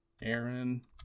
Aaron